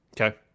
Okay